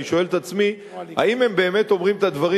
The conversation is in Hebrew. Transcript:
אני שואל את עצמי האם הם באמת אומרים את הדברים